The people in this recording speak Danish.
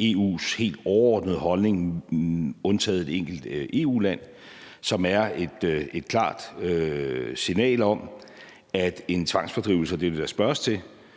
EU's helt overordnede holdning undtagen et enkelt EU-land, og som er et klart signal om, at en tvangsfordrivelse af palæstinensere ud